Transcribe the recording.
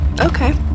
Okay